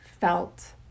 felt